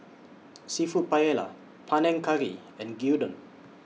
Seafood Paella Panang Curry and Gyudon